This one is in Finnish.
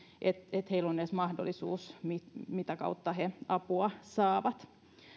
että heillä on edes mahdollisuus mitä kautta he apua saavat